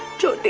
to